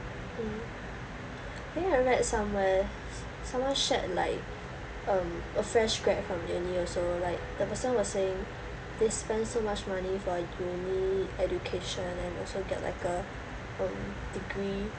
mm think I read somewhere someone shared like um a fresh grad from uni also like the person was saying they spend so much money for a uni education and also get like a um degree